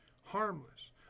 Harmless